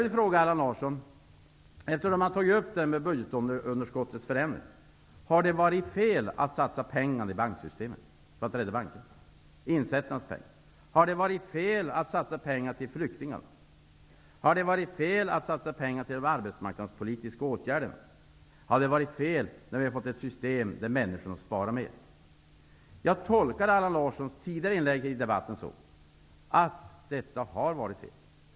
Eftersom Allan Larsson tagit upp frågan om budgetunderskottets förändringar, vill jag fråga honom: Har det varit fel att satsa pengar för att rädda bankerna, att rädda insättarnas pengar? Har det varit fel att satsa pengar till flyktingmottagandet? Har det varit fel att satsa pengar på arbetsmarknadspolitiska åtgärder? Har det varit fel att vi har fått ett system som gör att människorna sparar mer? Jag tolkar Allan Larssons tidigare inlägg i debatten så att han anser att detta har varit fel.